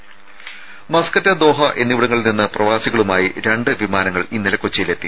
രേര Muscat Doha എന്നിവിടങ്ങളിൽ നിന്ന് പ്രവാസികളുമായി രണ്ട് വിമാനങ്ങൾ ഇന്നലെ കൊച്ചിയിലെത്തി